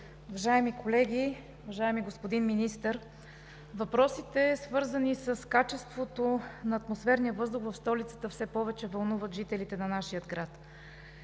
Уважаеми колеги! Уважаеми господин Министър, въпросите, свързани с качеството на атмосферния въздух в столицата, все повече вълнуват жителите на нашия град.